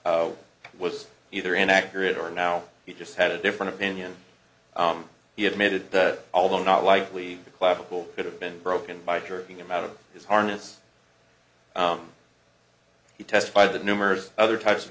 e was either inaccurate or now he just had a different opinion he admitted that although not likely the clavicle could have been broken by jerking him out of his harness he testified that numerous other types of